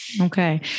Okay